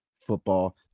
Football